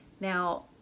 Now